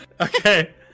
Okay